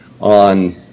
on